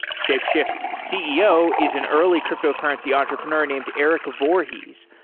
shapeshift's ceo is an early cryptocurrency entrepreneur named erik voorhees,